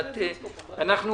אנו